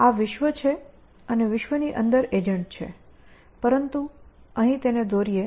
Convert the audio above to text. આ વિશ્વ છે અને વિશ્વની અંદર એજન્ટ છે પરંતુ અહીં તેને દોરીએ